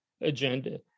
agenda